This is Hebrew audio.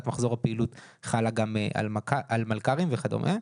מחזור הפעילות חלה גם על מלכ"רים וכדומה.